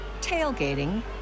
tailgating